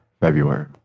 February